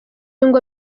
ngo